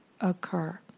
occur